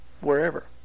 wherever